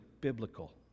biblical